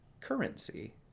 currency